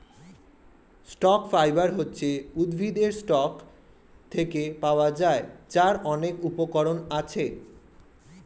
stock fibre হচ্ছে উদ্ভিদের stalk থেকে পাওয়া যায়, যার অনেক উপকরণ আছে